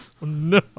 No